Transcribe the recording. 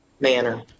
manner